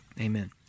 Amen